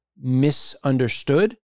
misunderstood